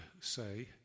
say